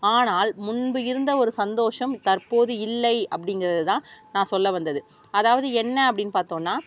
ஆனால் முன்பு இருந்த ஒரு சந்தோஷம் தற்போது இல்லை அப்படிங்குறது தான் நான் சொல்ல வந்தது அதாவது என்ன அப்படின் பார்த்தோனா